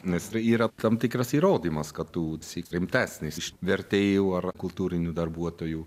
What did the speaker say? nes tai yra tam tikras įrodymas kad tu esi rimtesnis iš vertėjų ar kultūrinių darbuotojų